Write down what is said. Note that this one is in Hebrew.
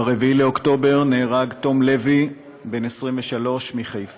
ב-4 באוקטובר נהרג תום לוי, בן 23 מחיפה,